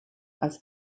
als